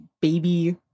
baby